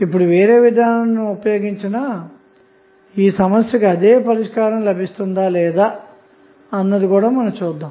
ఇప్పుడు వేరే విధానాన్ని ఉపయోగించినా ఈ సమస్యకు అదే పరిష్కారం లభిస్తుందా లేదా అన్నది చూద్దాం